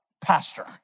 pastor